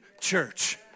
church